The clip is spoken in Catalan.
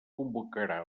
convocarà